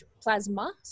plasma